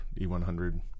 E100